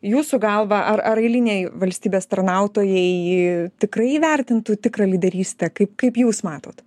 jūsų galva ar ar eiliniai valstybės tarnautojai tikrai įvertintų tikrą lyderystę kaip kaip jūs matot